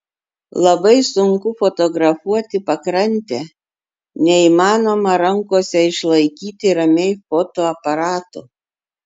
labai sunku fotografuoti pakrantę neįmanoma rankose išlaikyti ramiai fotoaparato